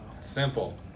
Simple